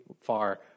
far